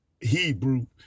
Hebrew